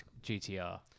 GTR